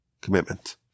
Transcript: commitment